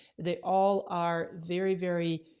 they all are very, very